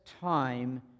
time